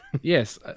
Yes